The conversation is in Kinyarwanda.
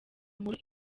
nkuru